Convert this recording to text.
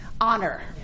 honor